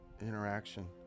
interaction